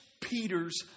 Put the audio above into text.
Peter's